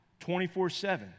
24-7